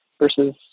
versus